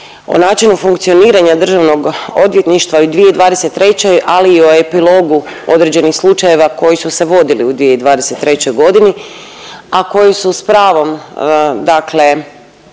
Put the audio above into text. o načinu funkcioniranju državnog odvjetništva i u 2023., ali i o epilogu određenih slučajeva koji su se vodili u 2023.g., a koji su s pravom dakle